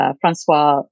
Francois